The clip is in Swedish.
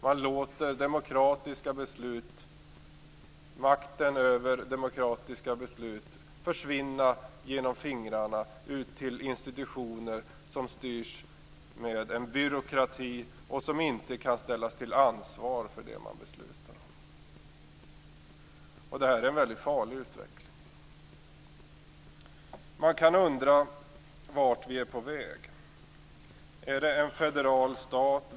Man låter demokratiska beslut, makten över demokratiska beslut, försvinna genom fingrarna ut till institutioner som styrs med en byråkrati och som inte kan ställas till ansvar för det som de beslutar om. Det här är en väldigt farlig utveckling. Man kan undra vart vi är på väg. Är det mot en federal stat?